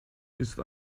ist